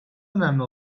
önemli